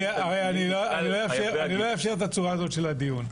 אני לא אאפשר את הצורה הזאת של הדיון.